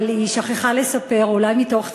אבל היא שכחה לספר, אולי מתוך צניעות,